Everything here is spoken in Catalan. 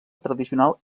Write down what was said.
tradicional